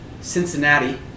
Cincinnati